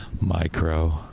Micro